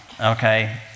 okay